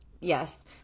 Yes